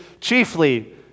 chiefly